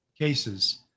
cases